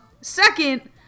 Second